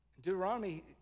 Deuteronomy